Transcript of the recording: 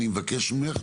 אני מבקש ממך,